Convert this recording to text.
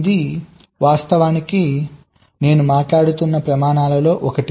ఇది వాస్తవానికి నేను మాట్లాడుతున్న ప్రమాణాలలో ఒకటి